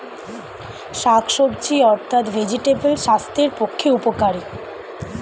শাকসবজি অর্থাৎ ভেজিটেবল স্বাস্থ্যের পক্ষে উপকারী